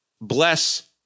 bless